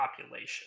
population